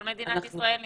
כל מדינת ישראל נסגרה.